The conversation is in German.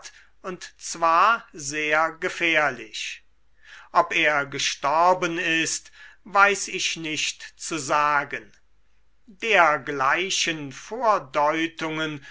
und zwar sehr gefährlich ob er gestorben ist weiß ich nicht zu sagen dergleichen